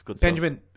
Benjamin